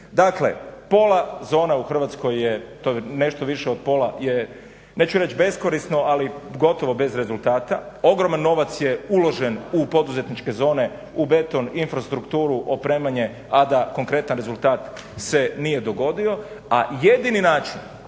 Dakle pola zona u Hrvatskoj, nešto više od pola je neću reći beskorisno, ali gotovo bez rezultata. Ogroman novac je uložen u poduzetničke zone u beton, infrastrukturu, opremanje, a da konkretan rezultat se nije dogodio, a jedini način